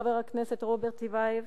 חבר הכנסת רוברט טיבייב,